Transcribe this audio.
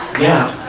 yeah